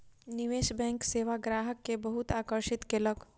निवेश बैंक सेवा ग्राहक के बहुत आकर्षित केलक